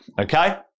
okay